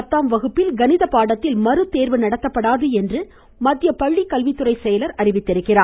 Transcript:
பத்தாம் வகுப்பில் கணித பாடத்தில் மறுதேர்வு நடத்தப்படாது என்று மத்திய பள்ளிக்கல்வித்துறை செயலர் அறிவித்திருக்கிறார்